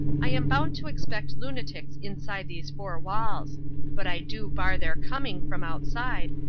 i am bound to expect lunatics inside these four walls but i do bar their coming from outside,